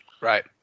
Right